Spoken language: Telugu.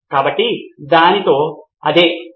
ప్రొఫెసర్ కాబట్టి మీరు దాని గురించి చూసుకుంటున్నారు